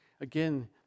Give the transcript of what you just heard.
Again